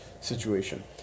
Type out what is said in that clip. situation